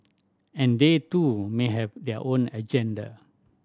and they too may have their own agenda